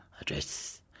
Address